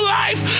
life